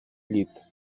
llit